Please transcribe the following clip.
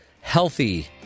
healthy